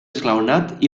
esglaonat